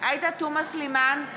עאידה תומא סלימאן,